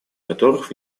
которых